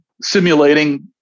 Simulating